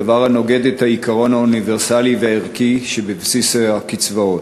דבר הנוגד את העיקרון האוניברסלי והערכי שבבסיס הקצבאות.